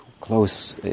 close